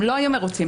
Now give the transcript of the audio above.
הם לא היו מרוצים.